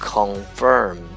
Confirm